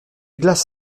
glace